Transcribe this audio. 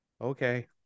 okay